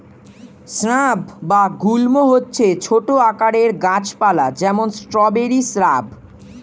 shrub বা গুল্ম হচ্ছে ছোট আকারের গাছ পালা, যেমন স্ট্রবেরি শ্রাব